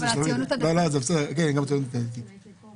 היועצת המשפטית אמרה שלא מופיע.